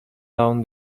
down